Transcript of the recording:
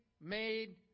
made